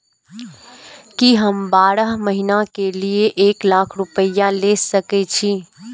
की हम बारह महीना के लिए एक लाख रूपया ले सके छी?